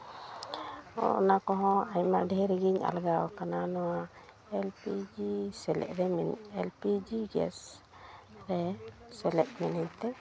ᱚᱱᱟ ᱠᱚᱦᱚᱸ ᱟᱭᱢᱟ ᱰᱷᱮᱨᱜᱤᱧ ᱟᱞᱜᱟᱣ ᱠᱟᱱᱟ ᱱᱚᱣᱟ ᱮᱞ ᱯᱤ ᱡᱤ ᱥᱮᱞᱮᱫ ᱨᱮ ᱢᱤᱱᱟᱹᱧᱟ ᱮᱞ ᱯᱤ ᱡᱤ ᱜᱮᱥ ᱨᱮ ᱥᱮᱞᱮᱫ ᱢᱤᱱᱟᱹᱧ ᱛᱮ